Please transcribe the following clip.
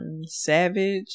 Savage